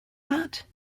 that